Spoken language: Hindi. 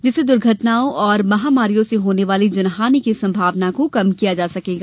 जिससे दुर्घटनाओं तथा महामारियों से होने वाली जनहानि की संभावना को कम किया जा सकेगा